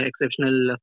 exceptional